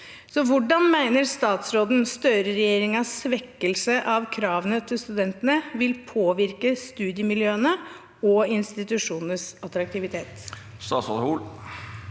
Hvordan mener statsråden at Støre-regjeringens svekkelse av kravene til studentene vil påvirke studiemiljøene og institusjonenes attraktivitet?